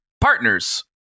Partners